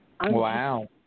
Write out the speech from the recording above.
Wow